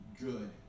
good